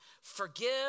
forgive